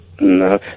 No